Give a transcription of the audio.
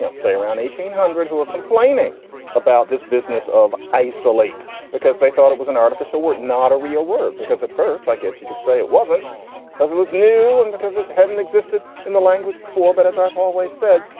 say around eighteen eighteen hundred who are complaining about this business of isolate because they thought it was an artificial word, not a real word, because at first i guess you could say it wasn't because it was new and because it hadn't existed in the language before. but as i've always said,